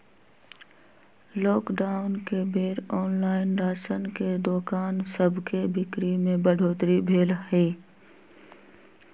lockdown के बेर online राशन के दोकान सभके बिक्री में बढ़ोतरी भेल हइ